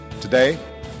Today